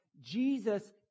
Jesus